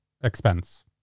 expense